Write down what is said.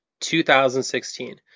2016